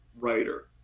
writer